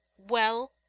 well,